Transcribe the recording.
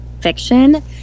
fiction